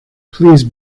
please